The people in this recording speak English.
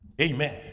Amen